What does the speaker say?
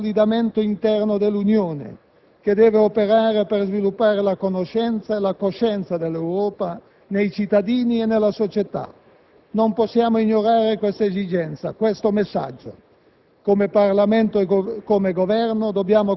passa necessariamente attraverso il consolidamento interno dell'Unione, che deve operare per sviluppare la conoscenza e la coscienza dell'Europa nei cittadini e nella società. Non possiamo ignorare questa esigenza e questo messaggio.